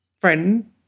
friend